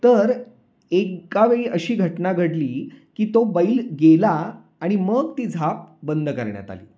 तर एका वेळी अशी घटना घडली की तो बैल गेला आणि मग ती झाप बंद करण्यात आली